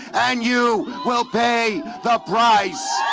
and you will pay the price